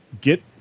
get